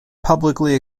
publicly